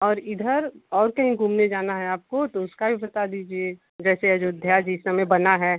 और इधर और कहीं घूमने जाना है आपको तो उसका भी बता दीजिए जैसे अयोध्या जी इस समय बना है